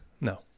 No